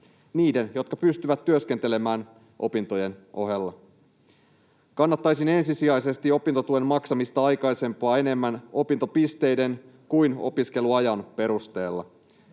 niiden, jotka pystyvät työskentelemään opintojen ohella. Kannattaisin ensisijaisesti opintotuen maksamista aikaisempaa enemmän opintopisteiden kuin opiskeluajan perusteella.